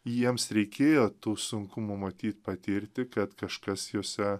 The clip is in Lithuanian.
jiems reikėjo tų sunkumų matyt patirti kad kažkas jose